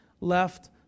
left